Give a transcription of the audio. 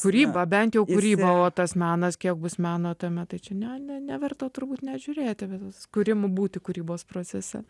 kūryba bent jau kūrybą o tas menas kiek bus meno tame tai čia ne ne neverta turbūt net žiūrėti bet va tas kūrimo būti kūrybos procese